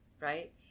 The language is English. Right